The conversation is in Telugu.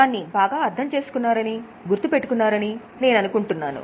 దాన్ని బాగా అర్థం చేసుకున్నారని గుర్తు పెట్టుకున్నారని నేను అనుకుంటున్నాను